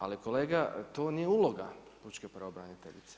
Ali, kolega, to nije uloga Pučke pravobraniteljice.